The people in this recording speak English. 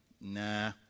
Nah